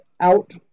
out